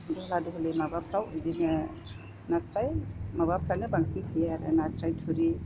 दहला दहलि माबाफोराव बिदिनो नास्राय माबाफोरानो बांसिन थायो आरो नास्राय थुरि